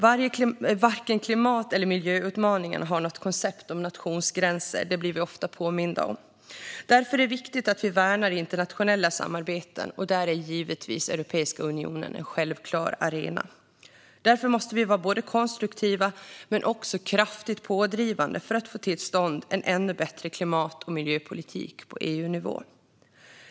Varken klimat eller miljöutmaningarna har något koncept om nationsgränser. Det blir vi ofta påminda om. Därför är det viktigt att vi värnar internationella samarbeten, och där är givetvis Europeiska unionen en självklar arena. Därför måste vi vara konstruktiva men också kraftigt pådrivande för att få till stånd en ännu bättre klimat och miljöpolitik på EU-nivå.